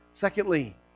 Secondly